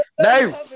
No